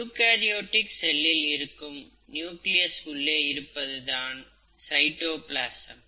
eukaryotic செல்லில் இருக்கும் nucleus உள்ளே இருப்பது தான் சைட்டோபிளாசம்